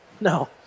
No